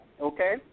Okay